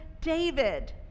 David